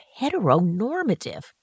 heteronormative